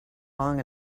long